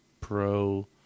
Pro